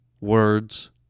words